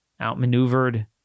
outmaneuvered